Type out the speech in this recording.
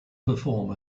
perform